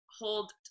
hold